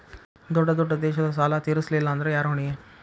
ದೊಡ್ಡ ದೊಡ್ಡ ದೇಶದ ಸಾಲಾ ತೇರಸ್ಲಿಲ್ಲಾಂದ್ರ ಯಾರ ಹೊಣಿ?